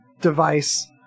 device